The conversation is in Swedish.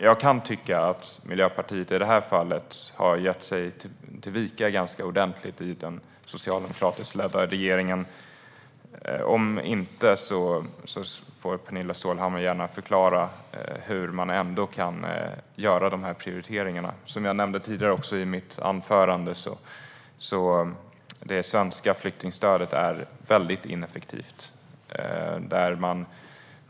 Jag kan tycka att Miljöpartiet i detta fall har gett vika ganska ordentligt i den socialdemokratiskt ledda regeringen. Om det inte är så får Pernilla Stålhammar gärna förklara hur de ändå kan göra dessa prioriteringar. Som jag tidigare nämnde är det svenska flyktingstödet väldigt ineffektivt.